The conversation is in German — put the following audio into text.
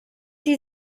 sie